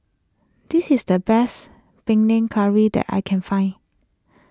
this is the best Panang Curry that I can find